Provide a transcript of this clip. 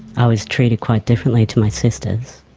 i was treated quite differently to my sisters,